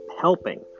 helping